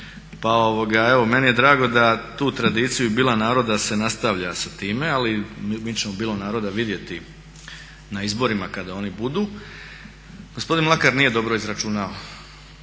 pa evo meni je drago da tu tradiciju i bila naroda se nastavlja sa time. Ali mi ćemo bilo naroda vidjeti na izborima kada oni budu. Gospodin Mlakar nije dobro računao,